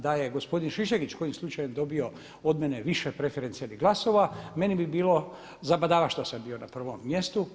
Da je gospodin Šišljagić kojim slučajem dobio od mene više preferencijalnih glasova meni bi bilo zabadava što sam bio na prvom mjestu.